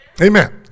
Amen